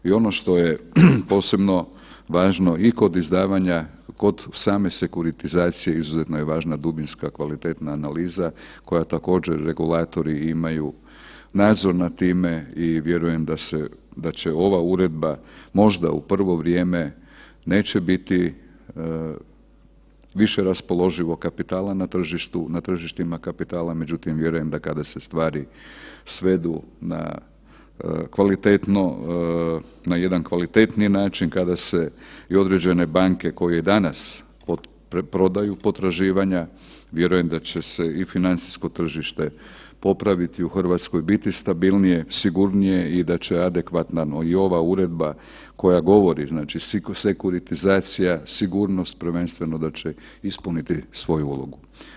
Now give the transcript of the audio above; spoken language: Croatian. I ono što je posebno važno i kod izdavanja kod same sekuritizacije izuzetno je važna dubinska kvalitetna analiza koja također regulator imaju nadzor nad time i vjerujem da će ova uredba možda u prvo vrijeme neće biti više raspoloživog kapitala na tržištima kapitala, međutim da kada se stvari svedu na jedan kvalitetniji način, kada se i određene banke koje danas preprodaju potraživanja, vjerujem da će se i financijsko tržište popraviti u Hrvatskoj, biti stabilnije, sigurnije i da će adekvatno i ova uredba koja govori znači sekturitizacija, sigurnost prvenstveno da će ispuniti svoju ulogu.